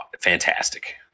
fantastic